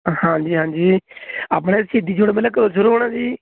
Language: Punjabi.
ਹਾਂਜੀ ਹਾਂਜੀ ਆਪਣੇ ਸ਼ਹੀਦੀ ਜੋੜ ਮੇਲਾ ਕਦੋਂ ਸ਼ੁਰੂ ਹੋਣਾ ਜੀ